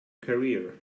career